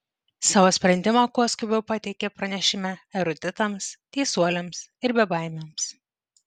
savo sprendimą kuo skubiau pateikė pranešime eruditams teisuoliams ir bebaimiams